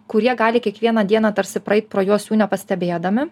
kurie gali kiekvieną dieną tarsi praeit pro juos jų nepastebėdami